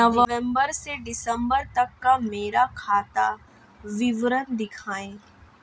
नवंबर से दिसंबर तक का मेरा खाता विवरण दिखाएं?